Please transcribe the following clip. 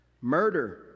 Murder